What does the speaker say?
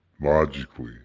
logically